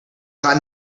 got